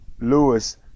Lewis